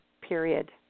period